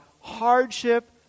hardship